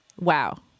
Wow